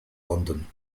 london